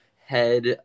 head